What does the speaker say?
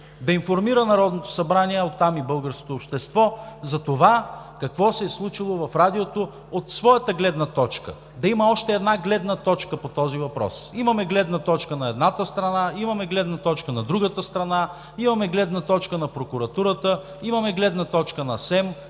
да информира Народното събрание, а оттам и българското общество за това какво се е случило в Радиото от своята гледна точка, да има още една гледна точка по този въпрос. Имаме гледна точка на едната страна, имаме гледна точка на другата страна, имаме гледна точка на прокуратурата, имаме гледна точка на СЕМ,